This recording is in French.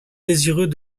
désireux